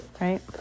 Right